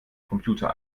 computer